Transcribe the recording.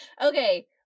okay